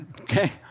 Okay